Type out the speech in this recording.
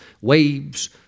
Waves